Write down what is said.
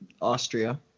Austria